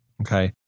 Okay